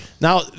Now